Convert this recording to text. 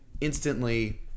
instantly